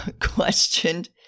questioned